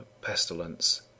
pestilence